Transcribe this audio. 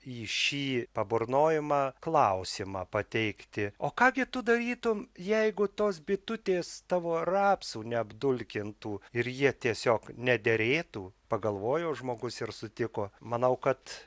į šį paburnojimą klausimą pateikti o ką gi tu darytum jeigu tos bitutės tavo rapsų neapdulkintų ir jie tiesiog nederėtų pagalvojo žmogus ir sutiko manau kad